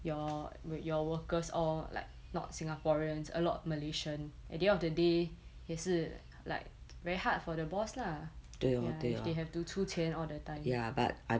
your your workers all like not singaporeans a lot malaysian at the end of the day 也是 like very hard for the boss lah ya if they have to 出钱 all the time